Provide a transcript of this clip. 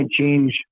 change